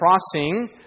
crossing